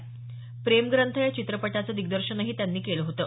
प्रेम ग्रंथ या चित्रपटाचं दिग्दर्शनही त्यांनी केलं होतं